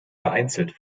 vereinzelt